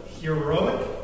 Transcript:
heroic